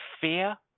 fear